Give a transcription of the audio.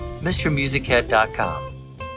MrMusicHead.com